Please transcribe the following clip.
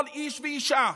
כל איש ואישה,